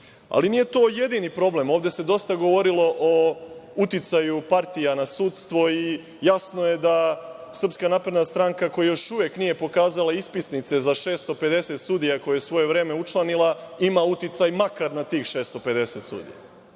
nije to jedini problem. Ovde se dosta govorilo o uticaju partija na sudstvo, i jasno je da SNS, koja još uvek nije pokazala ispisnice za 650 sudija, koje je svoje vreme učlanila, ima uticaj makar na tih 650 sudija.